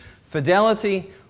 fidelity